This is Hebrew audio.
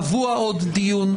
קבוע עוד דיון,